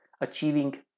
achieving